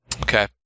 okay